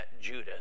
Judas